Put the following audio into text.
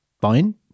fine